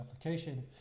application